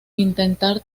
intentar